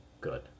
good